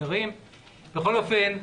בכל אופן,